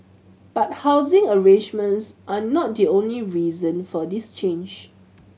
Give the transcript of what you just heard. but housing arrangements are not the only reason for this change